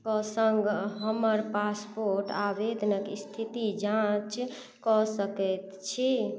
प्रसङ्गमे हमर पासपोर्ट आवेदनक स्थितिक जाँच कऽ सकैत छी